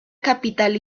capital